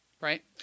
right